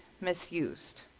misused